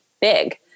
big